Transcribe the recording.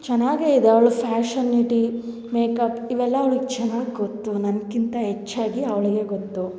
ಚೆನ್ನಾಗೇ ಇದೆ ಅವಳ ಫ್ಯಾಷನಿಟಿ ಮೇಕಪ್ ಇವೆಲ್ಲ ಅವ್ಳಿಗೆ ಚೆನ್ನಾಗಿ ಗೊತ್ತು ನನ್ಕಿಂತ ಹೆಚ್ಚಾಗಿ ಅವಳಿಗೆ ಗೊತ್ತು